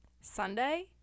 Sunday